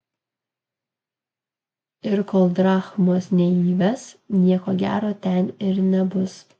ir kol drachmos neįves nieko gero ten ir nebus